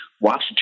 watch